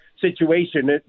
situation